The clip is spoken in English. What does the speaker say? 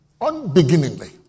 unbeginningly